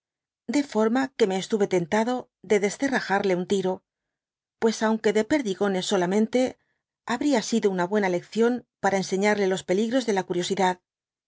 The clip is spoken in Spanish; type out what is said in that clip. de forma que me estuve tentado de descerrajarle un tiro pues aunque de perdigones solamente habría sido una buena lección para enseñarle los peligros de la curiosidad